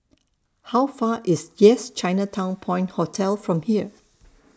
How Far IS Yes Chinatown Point Hotel from here